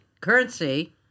currency